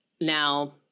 Now